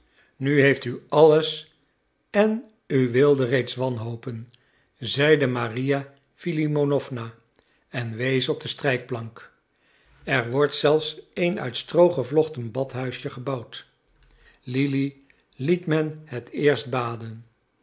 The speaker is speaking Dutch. nu heeft u alles en u wilde reeds wanhopen zeide maria filimonowna en wees op de strijkplank er wordt zelfs een uit stroo gevlochten badhuisje gebouwd lili liet men het eerst baden